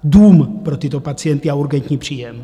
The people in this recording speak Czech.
Dům pro tyto pacienty a urgentní příjem.